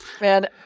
Man